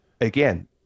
again